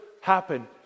happen